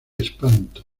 espanto